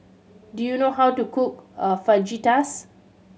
do you know how to cook a Fajitas